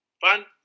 fun